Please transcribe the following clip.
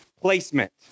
placement